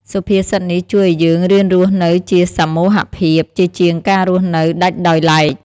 សុភាសិតនេះជួយឱ្យយើងរៀនរស់នៅជាសមូហភាព ជាជាងការរស់នៅដាច់ដោយឡែក។